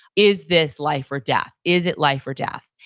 is this life or death? is it life or death?